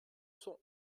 cent